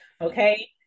okay